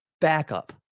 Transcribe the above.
backup